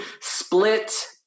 Split